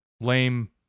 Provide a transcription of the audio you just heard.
lame